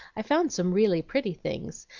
i found some really pretty things,